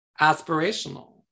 aspirational